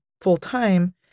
full-time